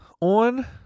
On